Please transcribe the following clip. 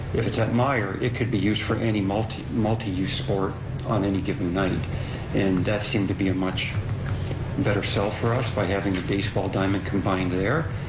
if it's at myer it could be used for any multi-use multi-use sport on any given night and that seemed to be a much better sell for us by having a baseball diamond combined there,